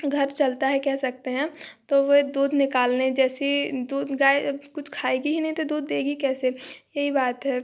घर चलता है कह सकते हैं तो वे दूध निकालने जैसी दूध गाय कुछ खाएगी ही नहीं तो दूध देगी कैसे यही बात है